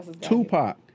Tupac